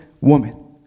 woman